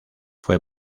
fue